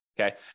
okay